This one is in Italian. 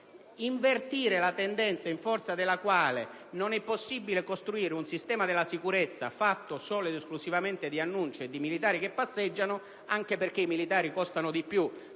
invertire la tendenza in forza della quale non è possibile costruire un sistema della sicurezza fatto solo ed esclusivamente di annunci e di militari che passeggiano, anche perché i militari costano più